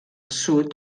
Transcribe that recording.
sud